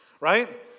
right